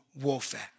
warfare